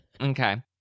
okay